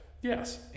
Yes